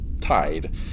tied